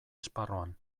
esparruan